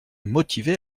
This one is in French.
motivé